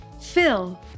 fill